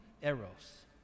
eros